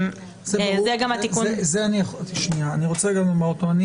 אני רוצה לומר עוד פעם,